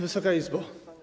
Wysoka Izbo!